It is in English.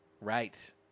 Right